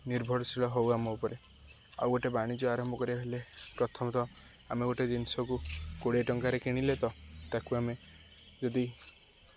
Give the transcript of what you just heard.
ନିର୍ଭରଶୀଳ ହେଉ ଆମ ଉପରେ ଆଉ ଗୋଟେ ବାଣିଜ୍ୟ ଆରମ୍ଭ କରିବା ହେଲେ ପ୍ରଥମତଃ ଆମେ ଗୋଟେ ଜିନିଷକୁ କୋଡ଼ିଏ ଟଙ୍କାରେ କିଣିଲେ ତ ତାକୁ ଆମେ ଯଦି